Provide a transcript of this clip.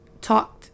talked